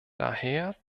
daher